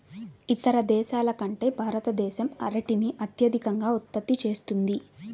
ఇతర దేశాల కంటే భారతదేశం అరటిని అత్యధికంగా ఉత్పత్తి చేస్తుంది